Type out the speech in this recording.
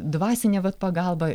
dvasinę vat pagalbą